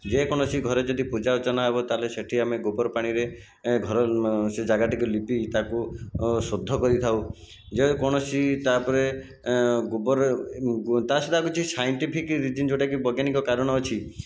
ଯେକୌଣସି ଘରେ ଯଦି ପୂଜାର୍ଚ୍ଚନା ହେବ ତାହେଲେ ସେଇଠି ଆମେ ଗୋବର ପାଣିରେ ଘର ସେ ଜାଗାଟିକୁ ଲିପି ତାକୁ ଶୋଧ କରିଥାଉ ଯେକୌଣସି ତାପରେ ଏଁ ଗୋବର ତାଛଡ଼ା ଆଉକିଛି ସିଇଣ୍ଟିଫିକ ରିଜିନ ଯେଉଁଟାକି ବୈଜ୍ଞାନିକ କାରଣ ଅଛି